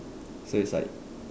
so it's like